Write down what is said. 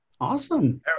Awesome